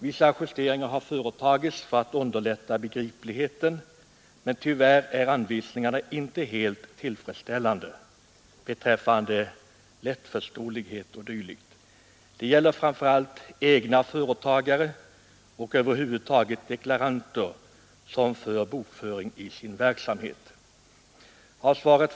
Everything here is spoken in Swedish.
Vissa justeringar har företagits för att underlätta begripligheten, men tyvärr är anvisningarna inte helt tillfredsställande i detta avseende. Det är framför allt egna företagare och över huvud taget deklaranter med bokföring över sin verksamhet som drabbas av detta.